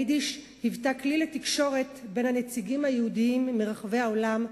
היידיש היוותה כלי לתקשורת בין הנציגים היהודים מרחבי העולם,